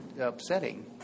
upsetting